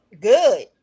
Good